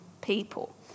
people